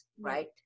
right